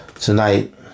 tonight